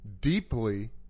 deeply